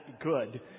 good